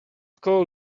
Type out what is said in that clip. call